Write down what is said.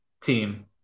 team